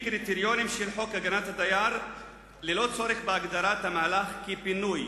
קריטריונים של חוק הגנת הדייר ללא צורך בהגדרת המהלך כפינוי.